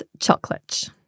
Chocolate